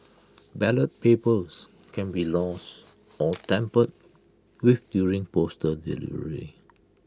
ballot papers can be lost or tampered with during postal delivery